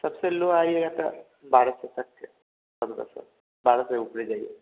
सबसे लॉ आइएगा तो बारह सौ तक पन्द्रह सौ बारह से ऊपरे जाइए